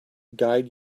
guide